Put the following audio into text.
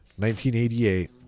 1988